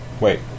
Wait